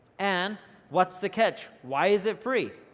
and what's the catch? why is it free?